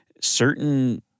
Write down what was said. certain